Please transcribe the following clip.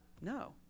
no